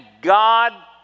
God